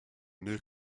new